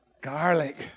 garlic